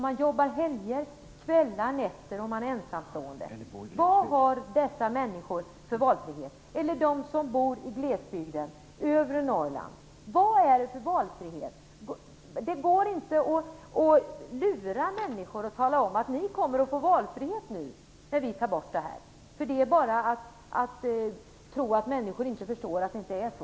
De jobbar helger, kvällar och nätter, och de är ensamstående. Vad har dessa människor för valfrihet? Hur är det med dem som bor i glesbygden, övre Norrland? Vad är det för valfrihet? Det går inte att lura människor och säga att de får valfrihet när vårdnadsbidraget tas bort. Det är bara fråga om att tro att människor inte förstår att det är så.